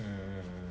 mm